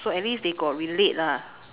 so at least they got relate lah